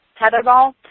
tetherball